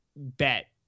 bet